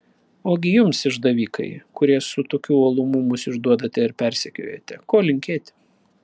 ogi jums išdavikai kurie su tokiu uolumu mus išduodate ir persekiojate ko linkėti